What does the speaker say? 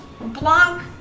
Blanc